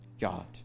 God